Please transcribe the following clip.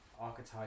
Archetype